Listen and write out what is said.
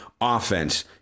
offense